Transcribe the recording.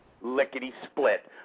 Lickety-split